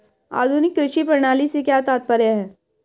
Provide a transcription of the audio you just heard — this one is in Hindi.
आधुनिक कृषि प्रणाली से क्या तात्पर्य है?